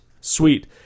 Sweet